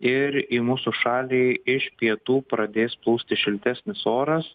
ir į mūsų šalį iš pietų pradės plūsti šiltesnis oras